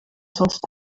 sonst